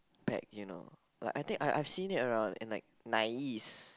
pack you know I think I I seen it around and like nice